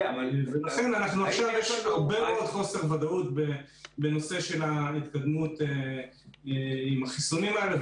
לכן עכשיו יש הרבה יותר חוסר ודאות בנושא של ההתקדמות עם החיסונים האלה,